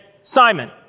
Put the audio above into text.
Simon